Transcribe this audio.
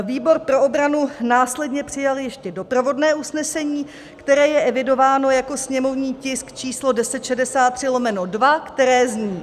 Výbor pro obranu následně přijal ještě doprovodné usnesení, které je evidováno jako sněmovní tisk číslo 1063/2, které zní: